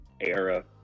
era